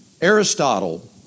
Aristotle